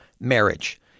marriage